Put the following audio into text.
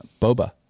boba